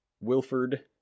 Wilford